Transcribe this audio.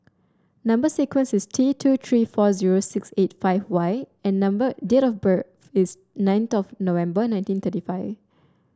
number sequence is T two three four zero six eight five Y and number date of birth is ninth of November nineteen thirty five